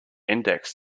index